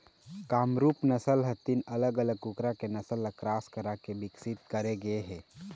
कामरूप नसल ह तीन अलग अलग कुकरा के नसल ल क्रास कराके बिकसित करे गे हे